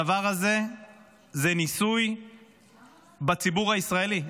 הדבר הזה הוא ניסוי בציבור הישראלי.